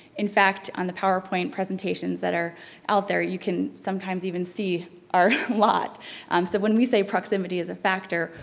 in fact, on the powerpoint presentations that are out there, you can sometimes even see our lot um so when we say proximity is a factor,